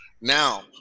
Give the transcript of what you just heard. Now